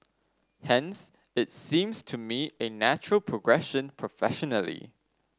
hence it seems to me a natural progression professionally